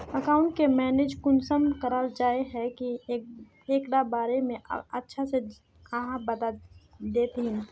Account के manage कुंसम कराल जाय है की एकरा बारे में अच्छा से आहाँ बता देतहिन?